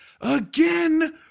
again